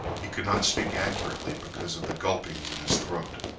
he could not speak accurately because of the gulpings in his throat.